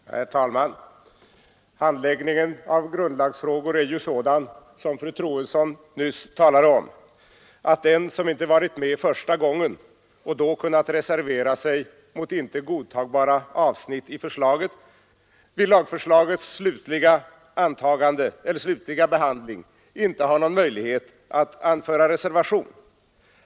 Herr talman! Handläggningen av grundlagsfrågor är ju sådan, som fru Troedsson nyss talade om, att den som inte varit med första gången och då kunnat reservera sig mot inte godtagbara avsnitt i förslaget saknar möjlighet att vid lagförslagets slutliga behandling anföra reservation.